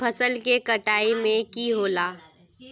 फसल के कटाई में की होला?